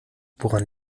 woran